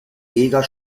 eger